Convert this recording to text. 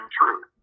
truth